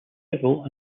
civil